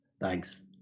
Thanks